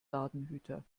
ladenhüter